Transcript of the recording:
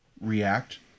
react